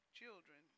children